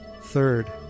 Third